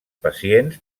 pacients